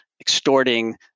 extorting